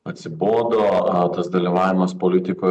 atsibodo tas dalyvavimas politikoj